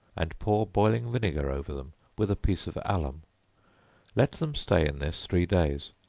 and pour boiling vinegar over them with a piece of alum let them stay in this three days,